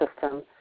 system